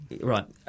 Right